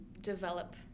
develop